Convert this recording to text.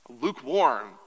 lukewarm